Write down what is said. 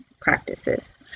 practices